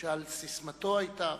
שעל ססמתו היתה,